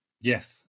Yes